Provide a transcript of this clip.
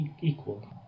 equal